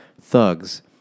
thugs